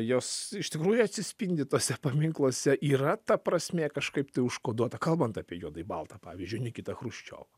jos iš tikrųjų atsispindi tuose paminkluose yra ta prasmė kažkaip tai užkoduota kalbant apie juodai baltą pavyzdžiui nikitą chruščiovą